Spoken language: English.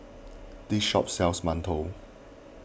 this shop sells Mantou